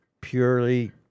purely